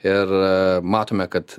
ir matome kad